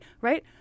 right